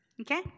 Okay